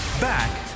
Back